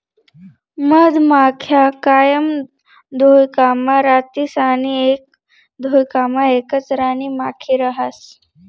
मधमाख्या कायम घोयकामा रातीस आणि एक घोयकामा एकच राणीमाखी रहास